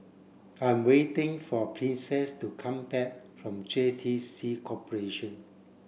I'm waiting for Princess to come back from J T C Corporation